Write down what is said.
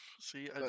See